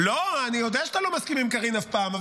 לא, אני יודע שאתה לא מסכים עם קארין אף פעם.